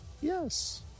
Yes